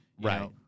right